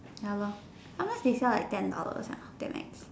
ya lor sometimes they sell like ten dollars uh damn ex